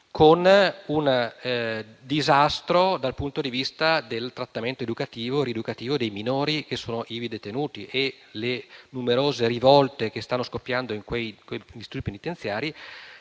con effetti disastrosi dal punto di vista del trattamento educativo e rieducativo dei minori ivi detenuti, e le numerose rivolte che stanno scoppiando in quegli istituti penitenziari